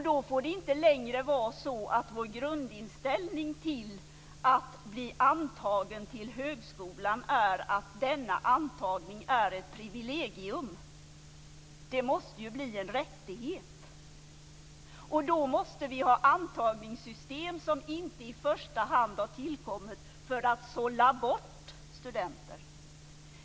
Då får det inte längre vara så att vår grundinställning till antagningen till högskolan är att denna antagning är ett privilegium. Den måste bli en rättighet. Då måste vi ha antagningssystem som inte i första hand har tillkommit för att sålla bort studenter.